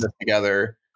together